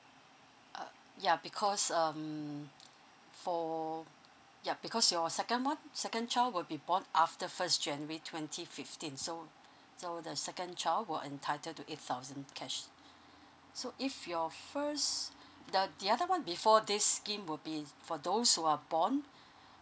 uh ya because um for ya because your second one second child will be born after first january twenty fifteen so so the second child will entitle to eight thousand cash so if your first the the other one before this scheme will be for those who are born